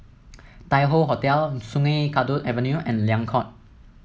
Tai Hoe Hotel Sungei Kadut Avenue and Liang Court